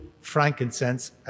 frankincense